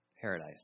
paradise